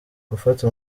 gufata